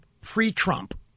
pre-Trump